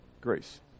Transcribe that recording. grace